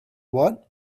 what